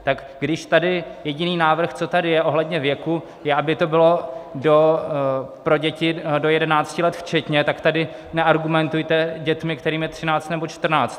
Tak když tady jediný návrh, co tady je ohledně věku, aby to bylo pro děti do jedenácti let včetně, tak tady neargumentujte dětmi, kterým je třináct nebo čtrnáct.